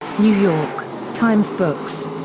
new york times books.